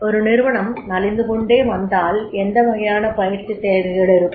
ஒரு நிறுவனம் நலிந்துகொண்டே வந்தால் எந்த வகையான பயிற்சித் தேவைகள் இருக்கும்